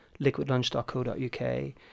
liquidlunch.co.uk